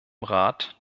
rat